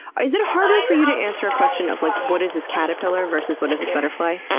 ah is it harder for you to answer a question of, like, what is this caterpillar versus what is this butterfly?